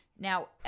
Now